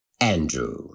Andrew